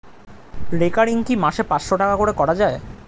Recurring কি মাসে পাঁচশ টাকা করে করা যায়?